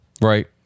right